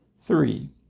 Three